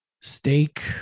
Steak